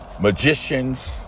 Magicians